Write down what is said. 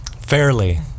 Fairly